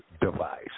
device